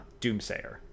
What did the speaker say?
doomsayer